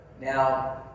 now